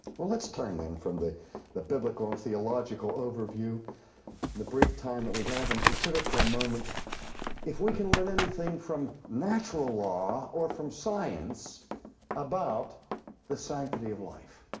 well, let's turn then from the the biblical and theological overview in the brief time that we have and consider for a moment if we can learn anything from natural law or from science about the sanctity of life.